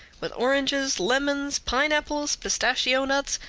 with oranges, lemons, pine-apples, pistachio-nuts,